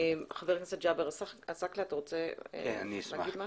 חבר הכנסת ג'אבר עסאקלה, רצית להתייחס?